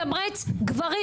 זה מתמרץ גברים,